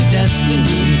destiny